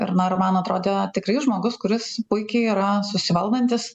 ir na ir man atrodė tikrai žmogus kuris puikiai yra susivaldantis